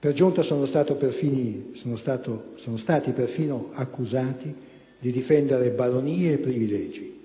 Per giunta, sono stati persino accusati di difendere baronie e privilegi.